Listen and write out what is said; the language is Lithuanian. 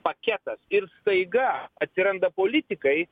paketas ir staiga atsiranda politikai